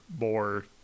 more